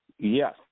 Yes